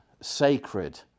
sacred